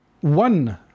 one